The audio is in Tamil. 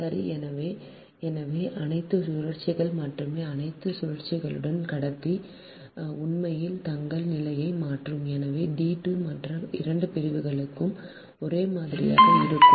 சரி எனவே எனவே அனைத்து சுழற்சிகள் மட்டுமே அனைத்து சுழற்சிகளிலும் கடத்தி உண்மையில் தங்கள் நிலையை மாற்றும் எனவே D 2 மற்ற 2 பிரிவுகளுக்கும் ஒரே மாதிரியாக இருக்கும்